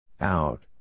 Out